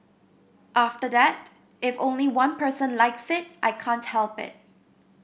after that if only one person likes it I can't help it